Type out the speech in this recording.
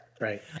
Right